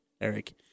Eric